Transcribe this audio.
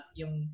yung